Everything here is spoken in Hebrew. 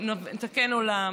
נתקן עולם,